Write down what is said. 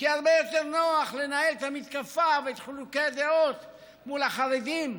כי הרבה יותר נוח לנהל את המתקפה ואת חילוקי הדעות מול החרדים.